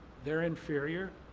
they're inferior.